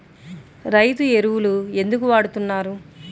రైతు ఎరువులు ఎందుకు వాడుతున్నారు?